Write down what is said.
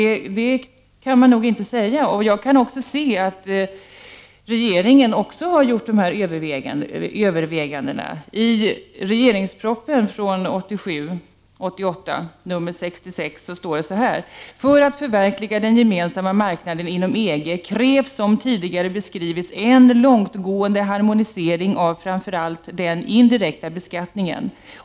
Det kan man nog inte säga. Regeringen har nämligen också gjort dessa överväganden. I regeringens proposition 1987/88:66 står det så här: ”För att förverkliga den gemensamma marknaden inom EG krävs som tidigare beskrivits en långtgående harmonisering av framför allt den indirekta beskattningen.